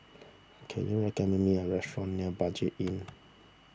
can you recommend me a restaurant near Budget Inn